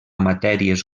matèries